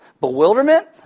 Bewilderment